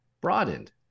broadened